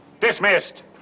dismissed